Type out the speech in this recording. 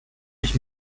ich